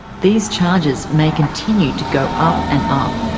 these charges may continue to go up and up.